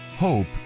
Hope